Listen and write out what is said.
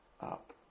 up